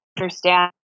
understand